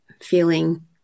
feeling